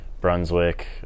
Brunswick